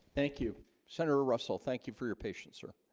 thank you senator russell thank you for your patience sir